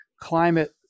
climate